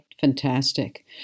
Fantastic